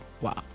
Wow